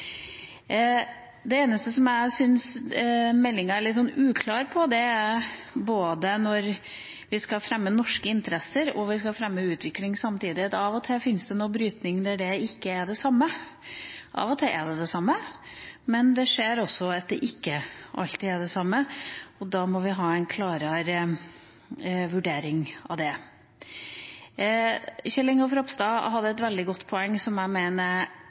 Det eneste jeg syns meldinga er litt uklar på, er når vi både skal fremme norske interesser og utvikling samtidig, for av og til fins det en brytning der dette ikke er det samme. Av og til er det det samme, men det skjer også at det ikke alltid er det samme, og da må vi ha en klarere vurdering av det. Kjell Ingolf Ropstad hadde et veldig godt poeng som jeg mener